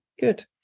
good